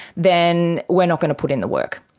then we are not going to put in the work.